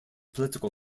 political